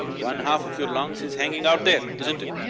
one half of your lungs is hanging out there, isn't it?